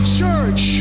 church